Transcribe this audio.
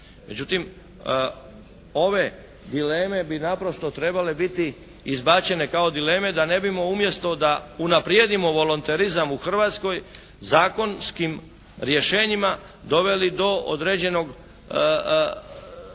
međutim ove dileme bi naprosto trebale biti izbačene kao dileme da ne bismo umjesto da unaprijedilo volonterizam u Hrvatskoj zakonskim rješenjima doveli do određene paralize da